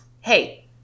hey